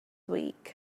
week